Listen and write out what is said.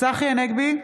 צחי הנגבי,